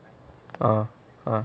(uh huh)